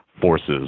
forces